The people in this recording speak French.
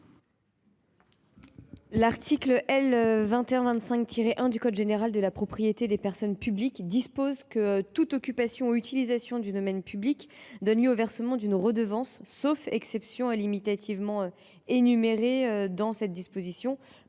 L’article L. 2125 1 du code général de la propriété des personnes publiques dispose que « toute occupation ou utilisation du domaine public […] donne lieu au versement d’une redevance », sauf exceptions limitativement énumérées. Parmi celles ci,